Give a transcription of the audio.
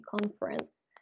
Conference